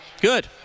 Good